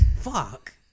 fuck